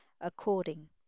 according